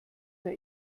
der